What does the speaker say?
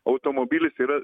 automobilis yra